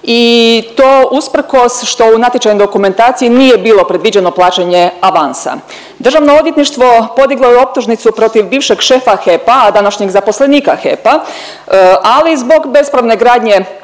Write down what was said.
i to usprkos što u natječajnoj dokumentaciji nije bilo predviđeno plaćanje avansa. Državno odvjetništvo podiglo je optužnicu protiv bivše šefa HEP-a, a današnjeg zaposlenika HEP-a, ali zbog bespravne gradnje